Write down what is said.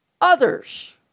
others